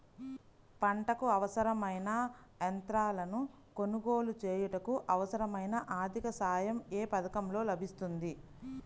పంటకు అవసరమైన యంత్రాలను కొనగోలు చేయుటకు, అవసరమైన ఆర్థిక సాయం యే పథకంలో లభిస్తుంది?